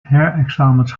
herexamens